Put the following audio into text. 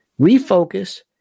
refocus